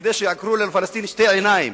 כדי שיעקרו לפלסטיני את שתי העיניים.